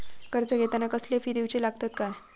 कर्ज घेताना कसले फी दिऊचे लागतत काय?